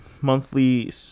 monthly